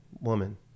Woman